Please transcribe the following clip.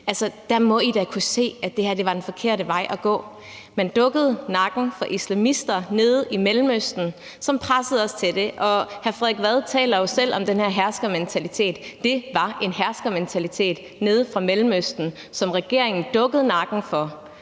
Der må I da kunne se, at det her var den forkerte vej at gå: Man dukkede nakken for islamister nede i Mellemøsten, som pressede os til det. Hr. Frederik Vad taler selv om den her herskermentalitet. Det var en herskermentalitet nede i Mellemøsten, som regeringen dukkede nakken for.